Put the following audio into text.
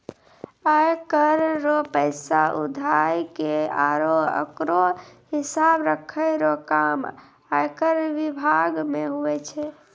आय कर रो पैसा उघाय के आरो ओकरो हिसाब राखै रो काम आयकर बिभाग मे हुवै छै